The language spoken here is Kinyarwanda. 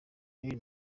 daily